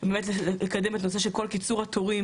באמת לקדם את הנושא של כל קיצור התורים